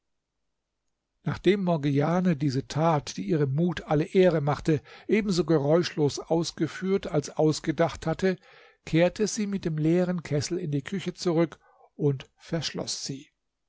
nachdem morgiane diese tat die ihrem mut alle ehre machte ebenso geräuschlos ausgeführt als ausgedacht hatte kehrte sie mit dem leeren kessel in die küche zurück und verschloß sie